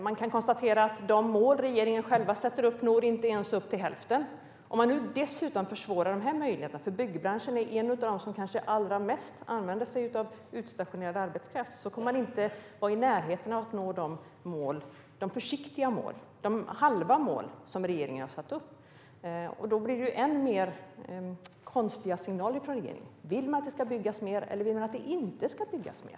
Man kan konstatera att de mål regeringen själv sätter upp inte ens når upp till hälften. Om man nu dessutom försvårar de här möjligheterna - byggbranschen är ju en av dem som kanske allra mest använder sig av utstationerad arbetskraft - kommer man inte att vara i närheten av att nå de försiktiga, halva, mål som regeringen har satt upp. Då blir det än mer konstiga signaler från regeringen. Vill man att det ska byggas mer, eller vill man att det inte ska byggas mer?